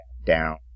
down